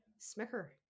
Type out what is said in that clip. Smicker